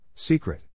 Secret